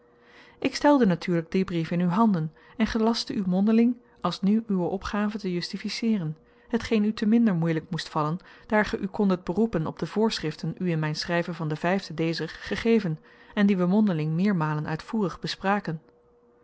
ik stelde natuurlyk dien brief in uwe handen en gelastte u mondeling alsnu uwe opgave te justificeeren hetgeen u te minder moeielyk moest vallen daar ge u kondet beroepen op de voorschriften u in myn schryven van den en dezer gegeven en die we mondeling meermalen uitvoerig bespraken